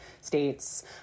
states